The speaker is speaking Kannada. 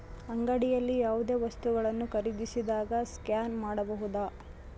ಅಂಗಡಿಯಲ್ಲಿ ಯಾವುದೇ ವಸ್ತುಗಳನ್ನು ಖರೇದಿಸಿದಾಗ ಸ್ಕ್ಯಾನ್ ಮಾಡಬಹುದಾ?